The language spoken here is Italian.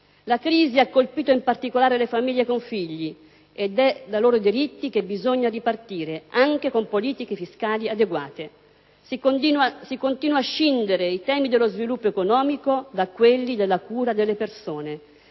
La crisi ha colpito in particolare le famiglie con figli, ed è dai loro diritti che bisogna ripartire, anche con politiche fiscali adeguate. Si continuano a scindere i temi dello sviluppo economico da quelli della cura delle persone: